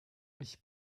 ich